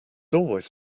always